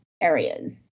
areas